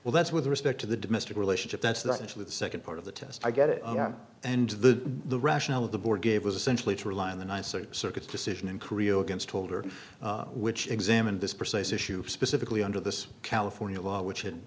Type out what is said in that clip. well that's with respect to the domestic relationship that's that's actually the second part of the test i get it and the rationale of the board gave was essentially to rely on the nicer circuit decision in korea against holder which examined this precise issue specifically under the california law which